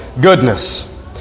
goodness